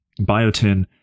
biotin